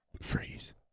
freeze